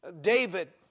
David